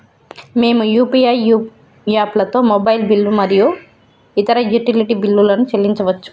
మేము యూ.పీ.ఐ యాప్లతోని మొబైల్ బిల్లులు మరియు ఇతర యుటిలిటీ బిల్లులను చెల్లించచ్చు